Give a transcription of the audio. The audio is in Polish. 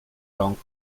rąk